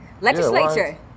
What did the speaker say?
Legislature